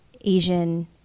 asian